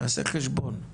תעשה חשבון: